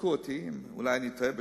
תבדקו אותי, אולי אני טועה בשנה,